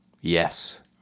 Yes